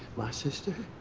my sister,